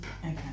Okay